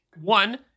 One